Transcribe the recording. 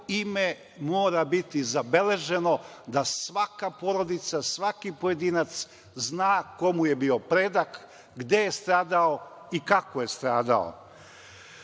ime mora biti zabeleženo, da svaka porodica, svaki pojedinac zna ko mu je bio predak, gde mu je stradao i kako je stradao. Znate,